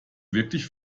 wirklich